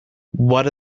what